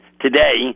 today